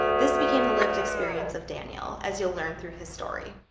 this became the lived experience of daniel, as you'll learn through this story.